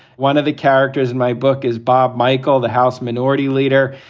one of the characters in my book is bob michael, the house minority leader.